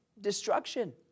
destruction